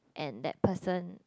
and that person